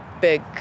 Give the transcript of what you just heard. big